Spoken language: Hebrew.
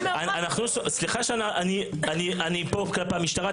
סליחה שאני פה כלפי המשטרה.